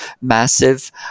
massive